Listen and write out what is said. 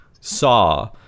saw